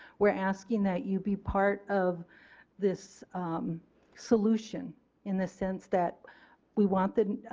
we are asking that you be part of this solution in the sense that we want the